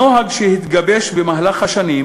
הנוהג שהתגבש במהלך השנים,